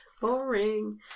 Boring